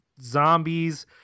zombies